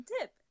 tip